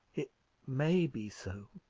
it may be so.